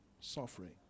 Suffering